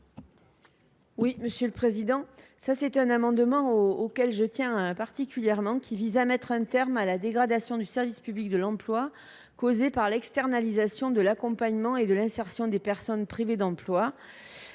Mme Monique Lubin. Cet amendement, auquel je tiens particulièrement, vise à mettre un terme à la dégradation du service public de l’emploi causée par l’externalisation de l’accompagnement et de l’insertion des personnes privées d’emploi.